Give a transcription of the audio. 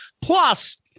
Plus